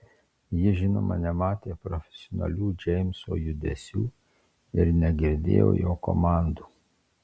ji žinoma nematė profesionalių džeimso judesių ir negirdėjo jo komandų